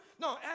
No